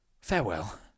Farewell